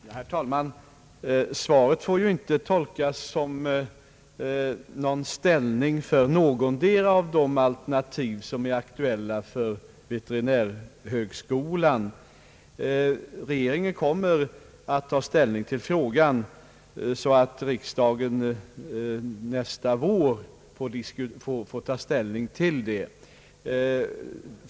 Herr talman! Mitt svar får inte tolkas som ett ställningstagande för något av de alternativ som är aktuella för veterinärhögskolan. Regeringen kommer att ta ställning till frågan, så att riksdagen nästa vår får fatta sitt beslut.